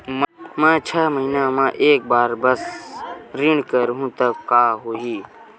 मैं छै महीना म एक बार बस ऋण करहु त का होही?